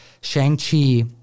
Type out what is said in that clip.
Shang-Chi